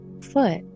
foot